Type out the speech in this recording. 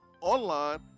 online